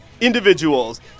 individuals